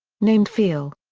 named fiel.